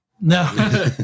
No